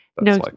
No